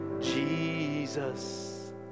Jesus